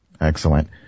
Excellent